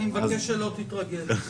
אני מבקש שלא תתרגל.